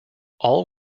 all